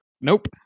Nope